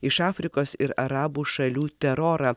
iš afrikos ir arabų šalių terorą